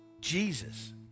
Jesus